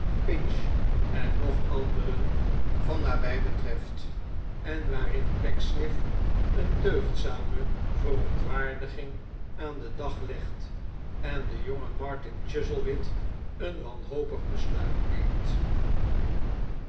en nog anderen van nabij betreft en waarin pecksniff een deugdzame verontwaardiging aan den dag legt en de jonge martin chuzziewit een wanhopig besluit neemtf